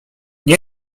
nie